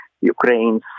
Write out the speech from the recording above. Ukraine's